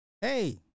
Hey